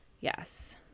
Yes